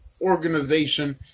organization